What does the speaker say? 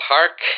Park